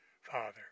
father